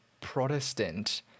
Protestant